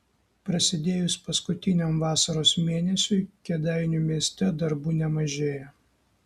prasidėjus paskutiniam vasaros mėnesiui kėdainių mieste darbų nemažėja